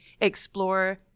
explore